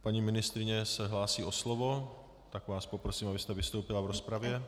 Paní ministryně se hlásí o slovo, tak vás poprosím, abyste vystoupila v rozpravě.